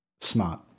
Smart